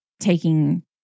taking